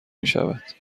میشود